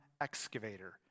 excavator